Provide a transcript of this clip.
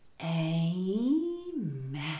Amen